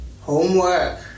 homework